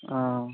हां